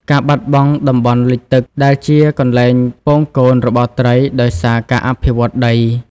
ការបាត់បង់ តំបន់លិចទឹក ដែលជាកន្លែងពងកូនរបស់ត្រីដោយសារការអភិវឌ្ឍដី។